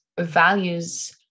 values